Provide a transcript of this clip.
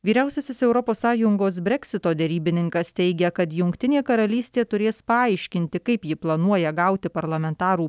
vyriausiasis europos sąjungos breksito derybininkas teigia kad jungtinė karalystė turės paaiškinti kaip ji planuoja gauti parlamentarų